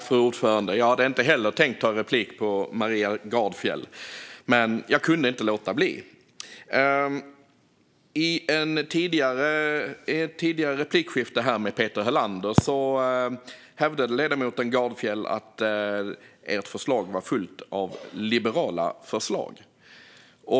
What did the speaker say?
Fru talman! Jag hade inte heller tänkt ta replik på Maria Gardfjell. Men jag kunde inte låta bli. I ett tidigare replikskifte här med Peter Helander hävdade ledamoten Gardfjell att Miljöpartiets förslag var fullt av liberala förslag.